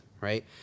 right